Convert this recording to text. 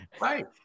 right